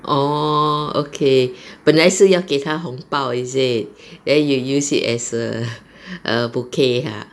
orh okay 本来是要给她红包 is it then you use it as a a bouquet !huh!